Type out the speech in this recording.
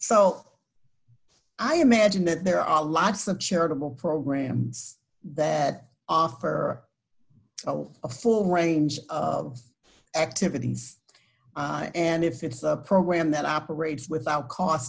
so i imagine that there are lots of charitable programs that offer a full range of activities and if it's a program that operates without cost